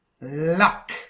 luck